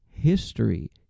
History